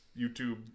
YouTube